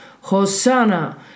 Hosanna